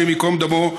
השם ייקום דמו,